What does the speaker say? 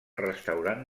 restaurant